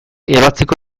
ebatziko